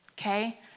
Okay